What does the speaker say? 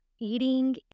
eating